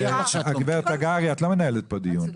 גברת תגרי, את לא מנהלת כאן דיון.